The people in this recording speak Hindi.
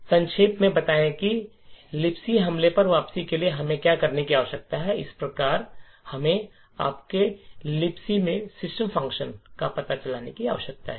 तो संक्षेप में बताएं कि libc हमले पर वापसी के लिए हमें क्या करने की आवश्यकता है इस प्रकार है हमें आपके libc में सिस्टम फ़ंक्शन का पता खोजने की आवश्यकता है